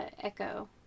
ECHO